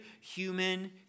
human